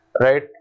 right